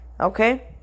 Okay